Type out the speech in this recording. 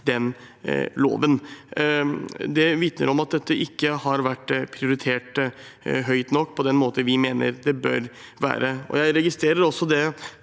den loven. Det vitner om at dette ikke har vært prioritert høyt nok, på den måten vi mener det bør være. Jeg registrerer også det